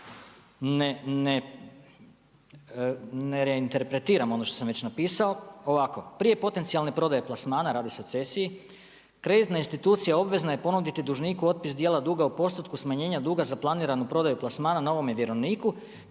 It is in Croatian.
ne interpretiram ono što sam već napisao, ovako. Prije potencijalne prodaje plasmana, radi se o cesiji, kreditna institucija obavezna je ponuditi dužniku otpis dijela duga o postotku smanjenja duga za planiranu prodaju plasmana novome vjerovniku,